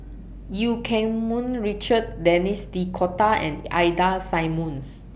EU Keng Mun Richard Denis D'Cotta and Ida Simmons